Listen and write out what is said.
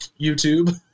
YouTube